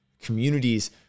Communities